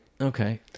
Okay